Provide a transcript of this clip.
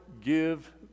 give